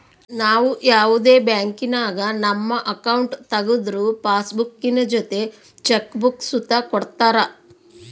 ನಾವು ಯಾವುದೇ ಬ್ಯಾಂಕಿನಾಗ ನಮ್ಮ ಅಕೌಂಟ್ ತಗುದ್ರು ಪಾಸ್ಬುಕ್ಕಿನ ಜೊತೆ ಚೆಕ್ ಬುಕ್ಕ ಸುತ ಕೊಡ್ತರ